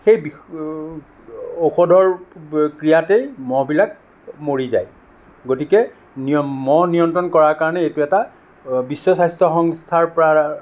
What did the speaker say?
সেই ঔষধৰ ক্ৰিয়াতেই মহবিলাক মৰি যায় গতিকে নিয়ম মহ নিয়ন্ত্ৰণ কৰাৰ কাৰণে এইটো এটা বিশ্ব স্বাস্থ্য় সংস্থাৰ পৰা